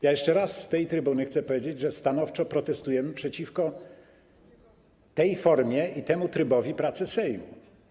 Jeszcze raz z tej trybuny chcę powiedzieć, że stanowczo protestujemy przeciwko tej formie i temu trybowi pracy Sejmu.